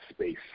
space